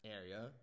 area